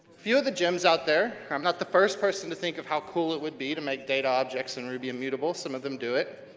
few of the gems out there, i'm not the first person to think of how cool it would be to make data objects in ruby immutable, some of them do it,